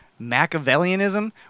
Machiavellianism